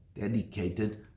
dedicated